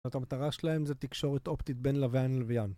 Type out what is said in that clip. המטרה שלהם זה תקשורת אופטית בין לוויין ללווין